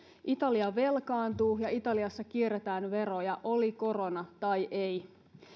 italia velkaantuu ja italiassa kierretään veroja oli korona tai ei